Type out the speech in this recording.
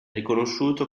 riconosciuto